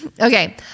Okay